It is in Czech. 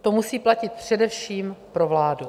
To musí platit především pro vládu.